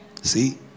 See